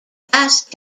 fast